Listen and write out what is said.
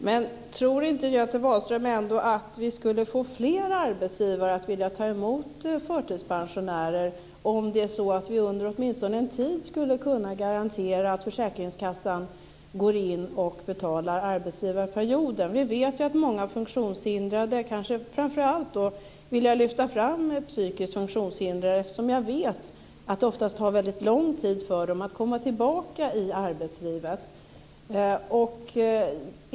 Fru talman! Tror inte Göte Wahlström ändå att vi skulle få fler arbetsgivare att vilja ta emot förtidspensionärer om vi åtminstone under en tid kunde garantera att försäkringskassan går in och betalar arbetsgivarperioden? Vi vet ju att många funktionshindrade - framför allt vill jag lyfta fram psykiskt funktionshindrade - oftast behöver väldigt lång tid för att komma tillbaka i arbetslivet.